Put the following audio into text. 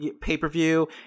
pay-per-view